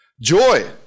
Joy